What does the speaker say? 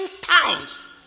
towns